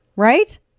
Right